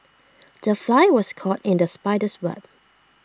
the fly was caught in the spider's web